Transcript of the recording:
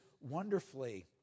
wonderfully